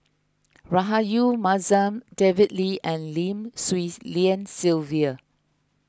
Rahayu Mahzam David Lee and Lim Swee Lian Sylvia